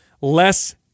less